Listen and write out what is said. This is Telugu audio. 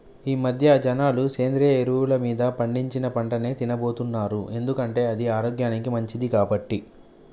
ఈమధ్య జనాలు సేంద్రియ ఎరువులు మీద పండించిన పంటనే తిన్నబోతున్నారు ఎందుకంటే అది ఆరోగ్యానికి మంచిది కాబట్టి